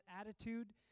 attitude